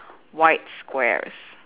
white squares